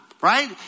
right